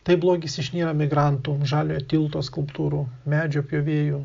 taip blogis išnyra migrantų žaliojo tilto skulptūrų medžio pjovėjų